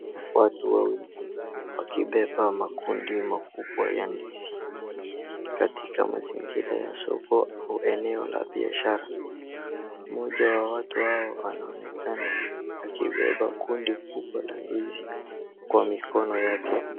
Watu wawili wakibeba makundi makubwa ya ndizi katika mazingira ya soko au eneo la biashara. Mmoja ya watu hao anaonekana akibeba ndizi kwa mikono yake.